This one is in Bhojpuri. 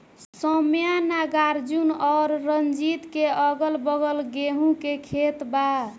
सौम्या नागार्जुन और रंजीत के अगलाबगल गेंहू के खेत बा